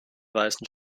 weißen